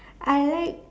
I like